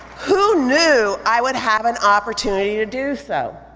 who knew i would have an opportunity to do so?